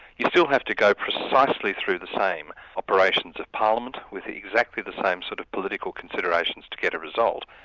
you still have to go precisely through the same operations of parliament with exactly the same sort of political considerations to get a result.